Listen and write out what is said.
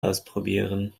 ausprobieren